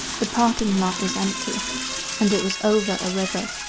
the parking lot was empty and it was over a river.